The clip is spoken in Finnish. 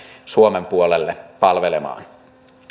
suomen puolelle palvelemaan